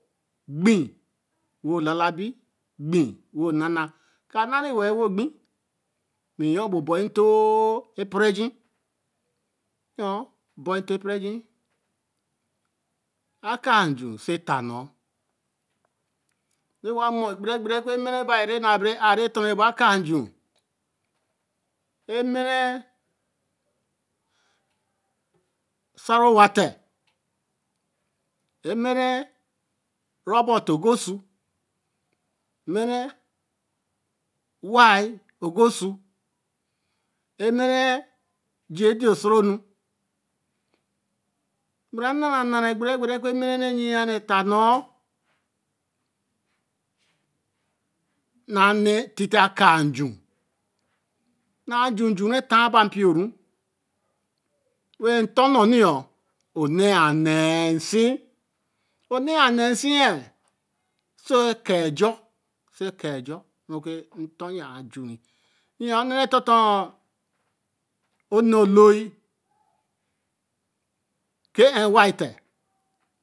gbin wo baba bī gbīn wo nana ka na re we-l wo gbin gbin bi yoo be orbo nti to epore j̄i. nyoo bo tito epore j̄i. a kaa nj̄u so e ta nu re wa mur e bere gbere o ku emere baī re na be re ā re tor re e bo a kaā nj̄u. osaro wate. emere Robbot ogosu. emere wai ogosu. emere JD osaro nu. ba re na ra nara egbere gbere o ku emere re yi yen e-ta nu. naā tite a kaā nju naā ju nju etaā ba npio ru wen tor nu niyo onne a neē sī. onne a ne si so kāa nj̄o. so kaa nj̄o. re ka o ku tor yen ar jure. yiyen o ne re ke tor tor or ne olōo JN wai He